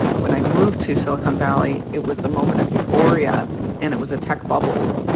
when i moved to silicon valley, it was a moment of euphoria and it was a tech bubble.